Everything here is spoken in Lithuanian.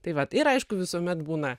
tai vat ir aišku visuomet būna